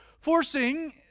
Forcing